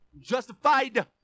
Justified